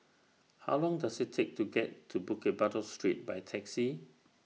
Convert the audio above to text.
How Long Does IT Take to get to Bukit Batok Street By Taxi